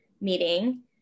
meeting